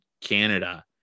Canada